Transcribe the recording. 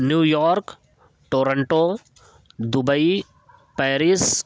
New York Toronto Dubai Paris